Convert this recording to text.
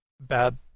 bad